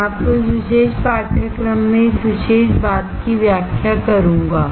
मैं आपको इस विशेष पाठ्यक्रम में इस विशेष बात की व्याख्या करूंगा